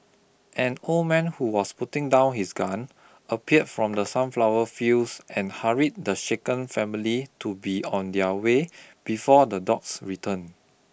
an old man who was putting down his gun appear from the sunflower fields and hurried the shaken family to be on their way before the dogs return